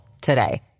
today